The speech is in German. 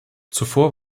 zuvor